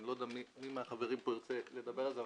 אני לא יודע מי מהחברים פה ירצה לדבר על זה,